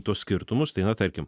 tuos skirtumus tai na tarkim